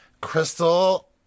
Crystal